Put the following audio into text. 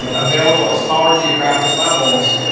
ah available at smaller geographic levels,